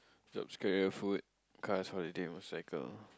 food cause holiday was like a